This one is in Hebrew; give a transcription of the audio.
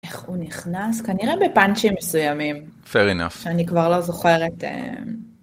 איך הוא נכנס כנראה בפאנצ'ים מסוימים – fair enough – אני כבר לא זוכרת.